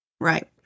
Right